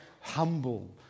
humble